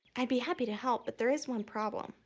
i'd be happy to help, but there is one problem.